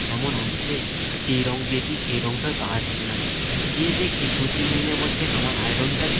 কেমন আসবে আর কী রং দিয়েছি সেই রংটা হয়তো আসবে না দিয়ে দেখি দু তিন দিনের মধ্যে আমার আয়রনটা